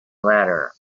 letter